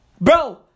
Bro